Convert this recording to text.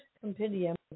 Compendium